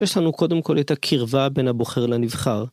יש לנו קודם כל את הקרבה בין הבוחר לנבחר.